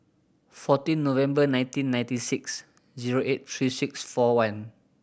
fourteen November nineteen ninety six zero eight three six four one